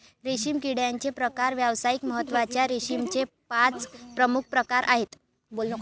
रेशीम किड्याचे प्रकार व्यावसायिक महत्त्वाच्या रेशीमचे पाच प्रमुख प्रकार आहेत